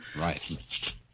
Right